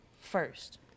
first